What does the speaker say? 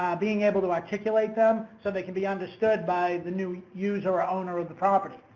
um being able to articulate them so they can be understood by the new user or owner of the property.